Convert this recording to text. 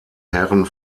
herren